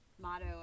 motto